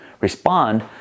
respond